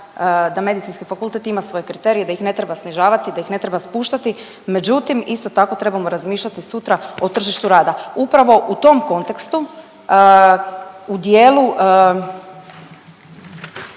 da Medicinski fakultet ima svoje kriterije, da ih ne treba snižavati, da ih ne treba spuštati, međutim isto tako trebamo razmišljati sutra o tržištu rada. Upravo u tom kontekstu u dijelu,